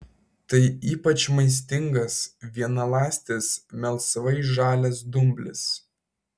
tai ypač maistingas vienaląstis melsvai žalias dumblis